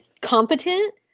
competent